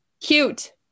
cute